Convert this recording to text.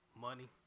Money